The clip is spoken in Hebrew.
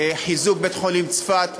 חיזוק בית-חולים צפת.